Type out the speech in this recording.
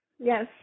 yes